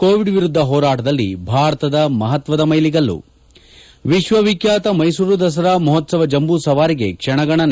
Covid ವಿರುದ್ದ ಹೋರಾಟದಲ್ಲಿ ಭಾರತದ ಮಹತ್ವದ ಮೈಲಿಗಲ್ಲು ವಿಶ್ವವಿಖ್ಯಾತ ಮೈಸೂರು ದಸರಾ ಮಹೋತ್ಪವ ಜಂಬೂ ಸವಾರಿಗೆ ಕ್ಷಣ ಗಣನೆ